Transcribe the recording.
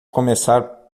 começar